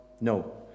No